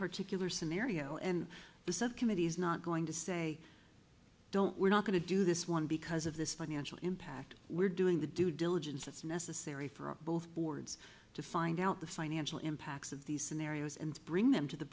particular scenario and the subcommittee is not going to say i don't we're not going to do this one because of this financial impact we're doing the due diligence that's necessary for both boards to find out the financial impacts of these scenarios and bring them to the